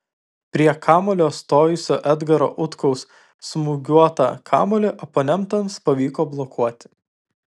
prie kamuolio stojusio edgaro utkaus smūgiuotą kamuolį oponentams pavyko blokuoti